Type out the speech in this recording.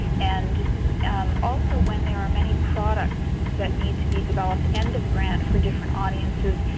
and also when there are many products that need to be developed end of grant for different audiences,